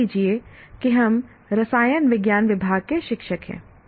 मान लीजिए कि हम रसायन विज्ञान विभाग के शिक्षक हैं